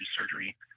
surgery